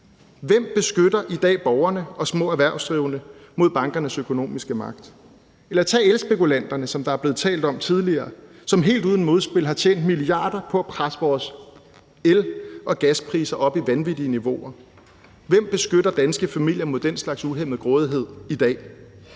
Hvem beskytter i dag borgerne og små erhvervsdrivende mod bankernes økonomiske magt? Eller tag elspekulanterne, som der blev talt om tidligere, og som helt uden modspil har tjent milliarder på at presse vores el- og gaspriser op i vanvittige niveauer. Hvem beskytter danske familier mod den slags uhæmmet grådighed i dag?